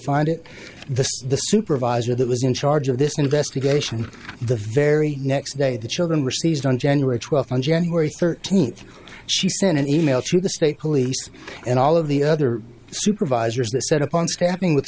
find it the supervisor that was in charge of this investigation the very next day the children received on january twelfth on january thirteenth she sent an e mail to the state police and all of the other supervisors the set up on scrapping with